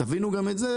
תבינו גם את זה,